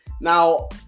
Now